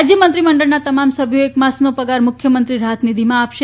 રાજય મંત્રી મંડળના તમામ સભ્યો એક માસનો પગાર મુખ્યમંત્રી રાહત નિધિમાં આપશે